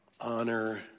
honor